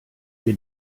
wir